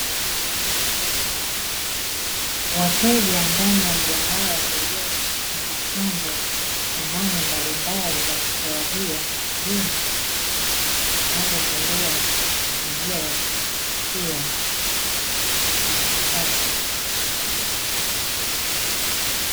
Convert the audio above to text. Wateja ndani ya mgahawa ulio na mapambo na samani mbalimbali, wakifurahia huduma zinazotolewa katika mazingira ya kuvutia na ya kisasa.